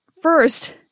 First